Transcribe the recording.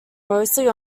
mostly